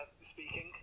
Speaking